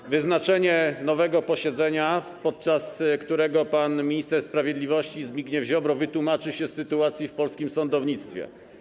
Ooo! ...wyznaczenie nowego terminu posiedzenia, podczas którego pan minister sprawiedliwości Zbigniew Ziobro wytłumaczy się z sytuacji w polskim sądownictwie.